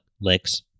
licks